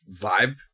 vibe